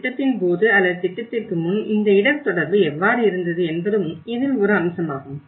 திட்டத்தின் போது அல்லது திட்டத்திற்கு முன் இந்த இடர் தொடர்பு எவ்வாறு இருந்தது என்பதும் இதில் ஒரு அம்சமாகும்